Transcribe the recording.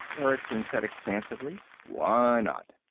erickson said expansively. why not?